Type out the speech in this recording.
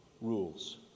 rules